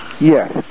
Yes